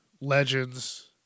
Legends